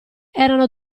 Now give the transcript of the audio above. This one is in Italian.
erano